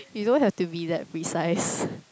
you don't have to be that precise